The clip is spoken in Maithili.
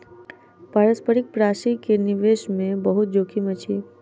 पारस्परिक प्राशि के निवेश मे बहुत जोखिम अछि